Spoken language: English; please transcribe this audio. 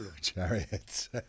Chariots